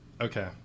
Okay